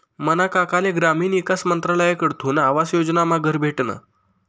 मना काकाले ग्रामीण ईकास मंत्रालयकडथून आवास योजनामा घर भेटनं